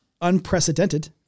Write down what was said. unprecedented